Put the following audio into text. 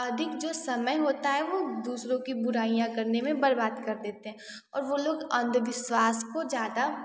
अधिक जो समय होता है वो दूसरों की बुराईयाँ करने में बर्बाद कर देते हैं और वो लोग अंधविश्वास को ज़्यादा